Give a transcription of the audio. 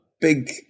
big